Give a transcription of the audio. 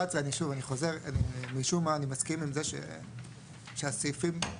משום מה אני מסכים עם זה שסעיף (13)